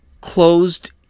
closed